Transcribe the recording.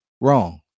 Wrong